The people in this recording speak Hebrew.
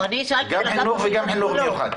גם חינוך וגם חינוך מיוחד.